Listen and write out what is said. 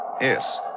Yes